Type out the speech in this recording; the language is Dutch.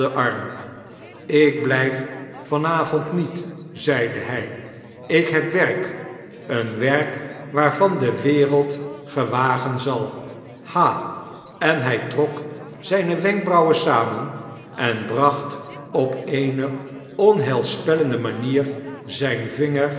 ik blyf van avond niet zeide hy ikheb werk een werk waarvan de wereld gewagen zal ha en hij trok zijne wenkbrauwen samen en bracht op eene onheilspellende mamer zyn vinger